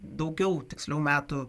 daugiau tiksliau metų